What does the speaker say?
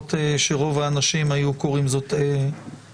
למרות שרוב האנשים היו קוראים זאת ההפך.